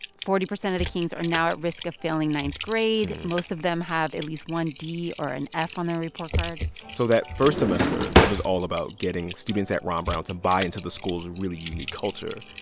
forty percent of the kings are now at risk of failing ninth grade. most of them have at least one d or an f on their report card so that first semester, it was all about getting students at ron brown to buy into the school's really unique culture.